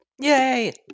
Yay